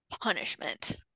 punishment